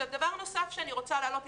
דבר נוסף שאני רוצה להעלות.